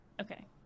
Okay